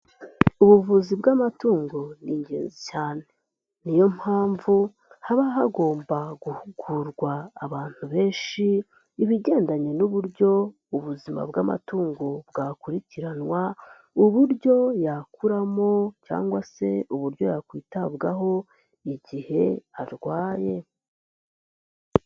Ubuvuzi bw'amatungo ni ingenzi cyane, niyo mpamvu haba hagomba guhugurwa abantu benshi ibigendanye n'uburyo ubuzima bw'amatungo bwakurikiranwa, uburyo yakuramo cyangwa se uburyo yakwitabwaho igihe arwaye.